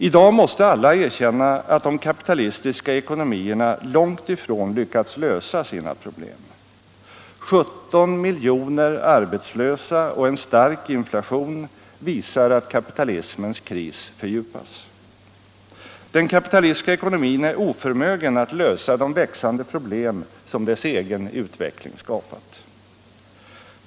I dag måste alla erkänna att de kapitalistiska ekonomierna långt ifrån lyckats lösa sina problem. 17 miljoner arbetslösa och en stark inflation visar att kapitalismens kris fördjupas. Den kapitalistiska ekonomin är oförmögen att lösa de växande problem som dess egen utveckling skapat.